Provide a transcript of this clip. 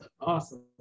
awesome